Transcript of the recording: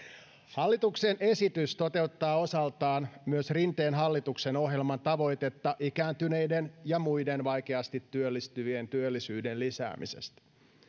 hallituksen esitys toteuttaa osaltaan myös rinteen hallituksen ohjelman tavoitetta ikääntyneiden ja muiden vaikeasti työllistyvien työllisyyden lisäämisestä